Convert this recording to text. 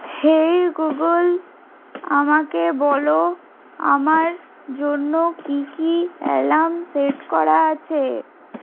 হেই Google আমাকে বল আমার জন্য কি কি অ্যালার্ম সেট করা আছে